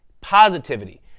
positivity